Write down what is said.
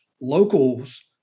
locals